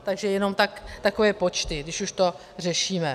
Takže jenom takové počty, když už to řešíme.